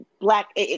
Black